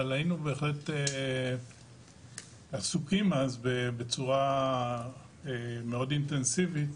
אבל היינו בהחלט עסוקים אז בצורה מאד אינטנסיבית